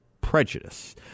prejudice